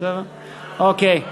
אוקיי.